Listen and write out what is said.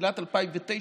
תחילת 2009,